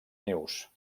nius